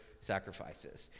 Sacrifices